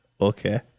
okay